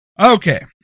Okay